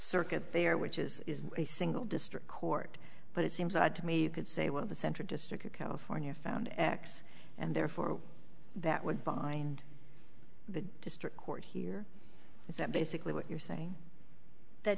circuit there which is a single district court but it seems odd to me you could say one of the central district of california found x and therefore that would bind the district court here is that basically what you're saying that